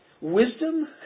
wisdom